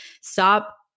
Stop